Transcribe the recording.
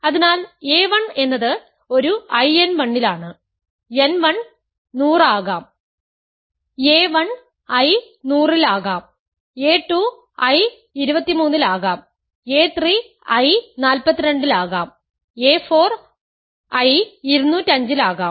അതിനാൽ a1 എന്നത് ഒരു I n 1 ലാണ് n 1 100 ആകാം a1 I 100 ൽ ആകാം a2 I 23 ൽ ആകാം a3 I 42 ൽ ആകാം a4 I 205 ലാകാം